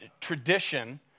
tradition